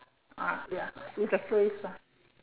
ah ya it's free ah